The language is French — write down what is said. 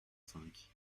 cinq